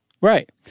Right